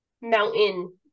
mountain